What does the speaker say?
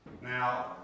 Now